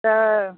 तऽ